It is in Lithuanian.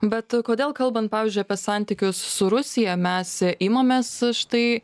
bet kodėl kalbant pavyzdžiui apie santykius su rusija mes imamės štai